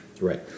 Right